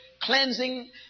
cleansing